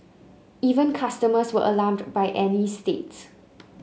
even customers were alarmed by Annie's state